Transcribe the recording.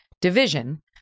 division